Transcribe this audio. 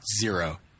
Zero